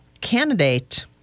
candidate